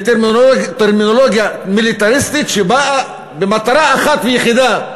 למושגים ולטרמינולוגיה מיליטריסטית שבאה במטרה אחת ויחידה: